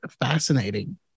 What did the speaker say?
fascinating